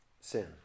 sin